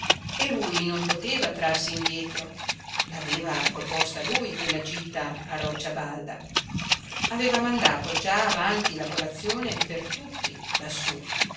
e lui non poteva trarsi indietro l'aveva proposta lui quella gita a roccia balda aveva mandato già avanti la colazione per tutti lassù